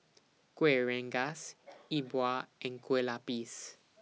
Kuih Rengas Yi Bua and Kueh Lapis